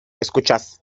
escuchad